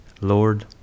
Lord